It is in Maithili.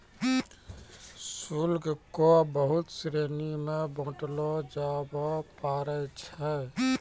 शुल्क क बहुत श्रेणी म बांटलो जाबअ पारै छै